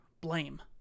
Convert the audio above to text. blame